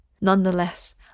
Nonetheless